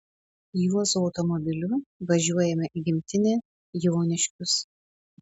juozo automobiliu važiuojame į gimtinę joniškius